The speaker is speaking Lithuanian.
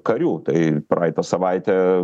karių tai praeitą savaitę